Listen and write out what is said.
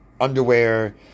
underwear